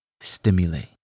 stimulate